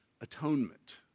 Atonement